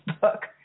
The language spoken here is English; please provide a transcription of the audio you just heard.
book